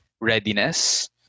readiness